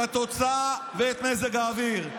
את התוצאה ואת מזג האוויר.